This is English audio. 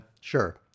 Sure